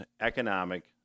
economic